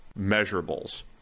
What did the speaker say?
measurables